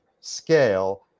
scale